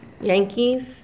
Yankees